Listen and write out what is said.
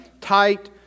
tight